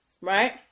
right